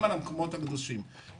גם על המקומות הקדושים.